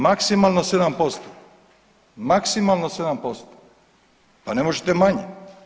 Maksimalno 7%. maksimalno 7%, pa ne možete manje.